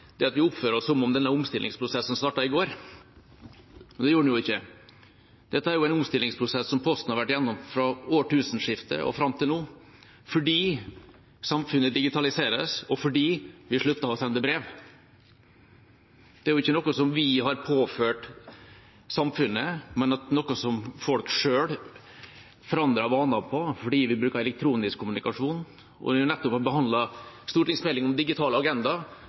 at vi oppfører oss som om denne omstillingsprosessen startet i går – men det gjorde den jo ikke. Dette er en omstillingsprosess som Posten har vært igjennom fra årtusenskiftet og fram til nå, fordi samfunnet digitaliseres, og fordi vi sluttet å sende brev. Det er ikke noe som vi har påført samfunnet, men noe som folk selv endret vaner for, fordi vi bruker elektronisk kommunikasjon. Vi har nettopp behandlet stortingsmeldingen om Digital